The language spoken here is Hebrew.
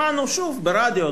שמענו שוב ברדיו,